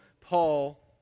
Paul